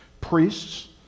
priests